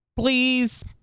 Please